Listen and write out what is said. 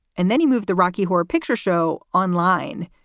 and then he moved the rocky horror picture show online,